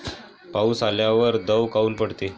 पाऊस आल्यावर दव काऊन पडते?